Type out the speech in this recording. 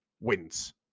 wins